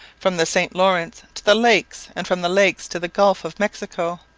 from the st lawrence to the lakes and from the lakes to the gulf of mexico.